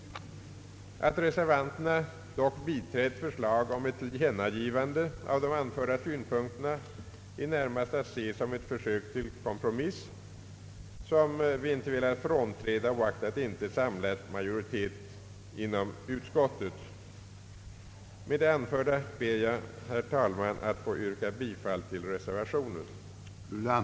Att reservanterna dock biträtt förslag om ett tillkännagivande av de anförda synpunkterna är närmast att se som ett försök till kompromiss, som vi inte velat frånträda oaktat det inte samlat majoritet inom utskottet. Med det anförda ber jag, herr talman, att få yrka bifall till reservationen.